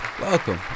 Welcome